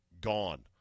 gone